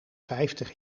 vijftig